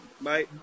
Bye